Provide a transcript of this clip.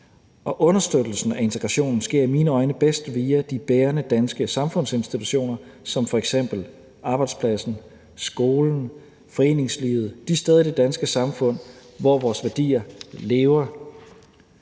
Og understøttelsen af integrationen sker i mine øjne bedst via de bærende danske samfundsinstitutioner som f.eks. arbejdspladsen, skolen, foreningslivet – de steder i det danske samfund, hvor vores værdier lever.